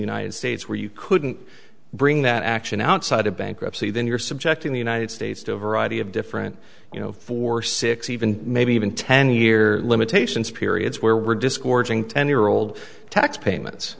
united states where you couldn't bring that action outside of bankruptcy then you're subjecting the united states to a variety of different you know four six even maybe even ten year limitations periods where were discoursing ten year old tax payments